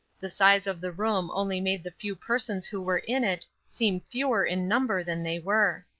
the size of the room only made the few persons who were in it, seem fewer in number than they were.